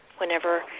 whenever